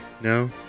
No